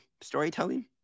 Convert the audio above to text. storytelling